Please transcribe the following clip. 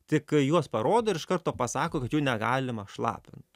tik juos parodo ir iš karto pasako kad jų negalima šlapint